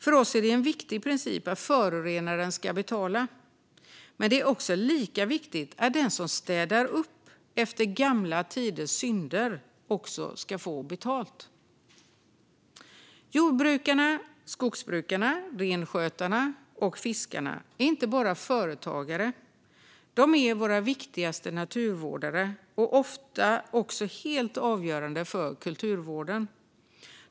För oss är det en viktig princip att förorenaren ska betala, men lika viktigt är att den som städar upp efter gamla tiders synder ska få betalt. Jordbrukarna, skogsbrukarna, renskötarna och fiskarna är inte bara företagare. De är våra viktigaste naturvårdare och ofta också hela avgörande för kulturvården.